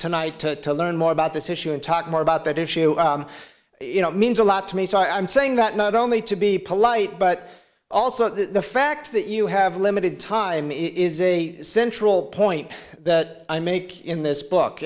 tonight to learn more about this issue and talk more about that issue you know means a lot to me so i'm saying that not only to be polite but also the fact that you have limited time is a central point i make in this book